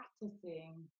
practicing